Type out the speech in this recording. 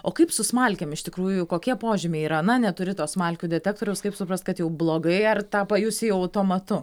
o kaip su smalkėm iš tikrųjų kokie požymiai yra na neturi to smalkių detektoriaus kaip suprast kad jau blogai ar tą pajusi jau automatu